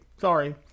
Sorry